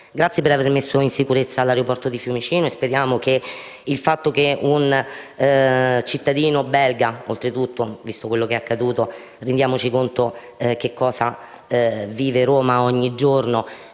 allora, per avere messo in sicurezza l'aeroporto di Fiumicino, anche se un cittadino belga (oltretutto, visto quello che è accaduto, rendiamoci conto che cosa vive Roma ogni giorno),